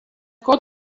got